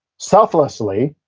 selflessly,